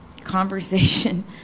conversation